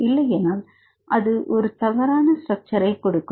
இல்லையெனில் அது தவறான ஒரு ஸ்ட்ரக்ச்சர்ஐ கொடுக்கும்